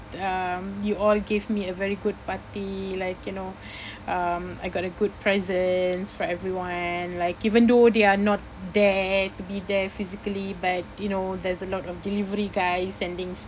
um you all gave me a very good party like you know um I got a good presents from everyone like even though they are not there to be there physically but you know there's a lot of delivery guys sending